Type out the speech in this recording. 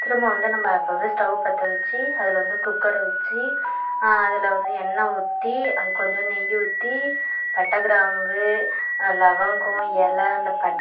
திரும்ப வந்து நம்ம அப்போ வந்து ஸ்டவ்வு பற்ற வச்சு அதில் வந்து குக்கரை வச்சு அதில் வந்து எண்ணெய் ஊற்றி அது கொஞ்சூண்டு நெய் ஊற்றி பட்டை கிராம்பு லவங்கம் இல அந்த பட்டை